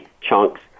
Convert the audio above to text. chunks